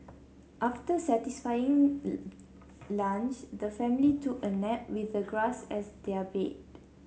after their satisfying lunch the family took a nap with the grass as their bed